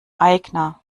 aigner